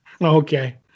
Okay